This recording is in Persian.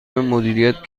مدیریت